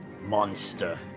Monster